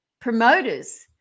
promoters